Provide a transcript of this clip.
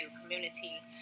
community